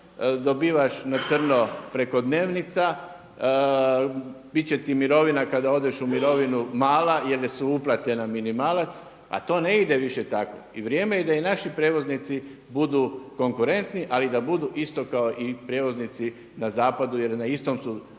dobivaš na crno preko dnevnica, bit će ti mirovina kada odeš u mirovinu mala jer su uplate na minimalac, a to ne ide više tako. I vrijeme je da i naši prijevoznici budu konkurentni, ali da budu isto kao i prijevoznici na zapadu jer na istom su.